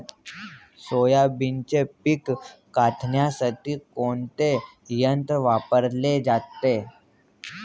सोयाबीनचे पीक काढण्यासाठी कोणते यंत्र वापरले जाते?